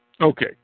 Okay